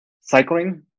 cycling